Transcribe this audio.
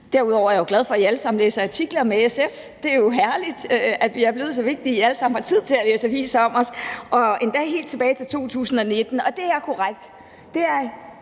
Derudover er jeg jo glad for, at I alle sammen læser artikler med SF. Det er jo herligt, at vi er blevet så vigtige, at I alle sammen har tid til at læse aviser om os, og endda helt tilbage til 2019. Og det er korrekt: